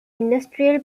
industrial